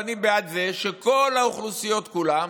אני בעד זה שכל האוכלוסיות כולן